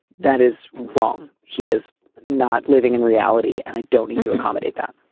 that is wrong. he is not living in reality, and i don't need to accommodate that